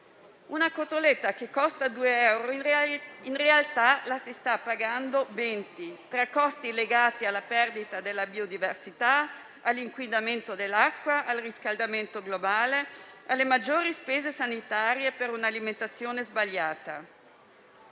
Una cotoletta che costa 2 euro, in realtà la si sta pagando 20 tra costi legati alla perdita della biodiversità, all'inquinamento dell'acqua, al riscaldamento globale, alle maggiori spese sanitarie per un'alimentazione sbagliata.